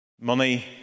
Money